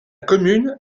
commune